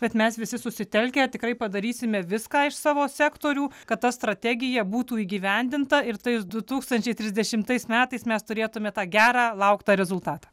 bet mes visi susitelkę tikrai padarysime viską iš savo sektorių kad ta strategija būtų įgyvendinta ir tais du tūkstančiai trisdešimtais metais mes turėtume tą gerą lauktą rezultatą